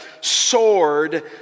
sword